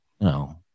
No